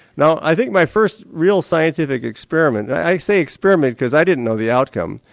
now i think my first real scientific experiment, i say experiment because i didn't know the outcome,